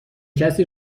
کسی